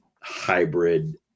hybrid